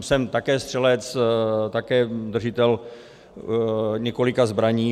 Jsem také střelec, také držitel několika zbraní.